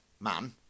Man